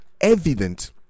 evident